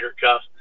cuff